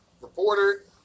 reporter